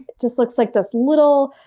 just looks like this little,